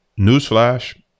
Newsflash